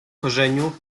korzeniu